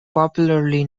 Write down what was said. popularly